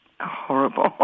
horrible